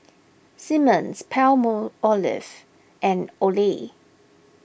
Simmons Palmolive and Olay